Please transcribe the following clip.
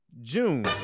June